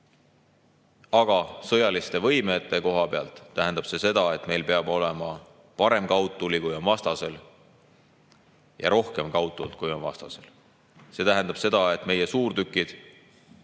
Aga sõjaliste võimete koha pealt tähendab see seda, et meil peab olema parem kaudtuli, kui on vastasel, ja rohkem kaudtuld, kui on vastasel. See tähendab seda, et meie suurtükid